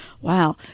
Wow